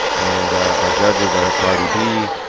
and our judges are cardi b,